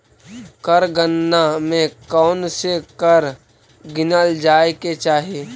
कर गणना में कौनसे कर गिनल जाए के चाही